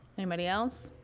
anybody else?